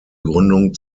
gründung